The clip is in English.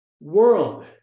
world